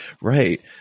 Right